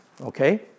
Okay